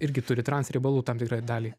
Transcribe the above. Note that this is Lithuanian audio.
irgi turi transriebalų tam tikrą dalį